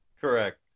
Correct